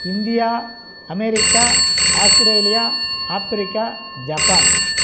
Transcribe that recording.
India America Australia Africa Japan